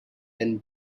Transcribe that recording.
been